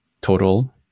total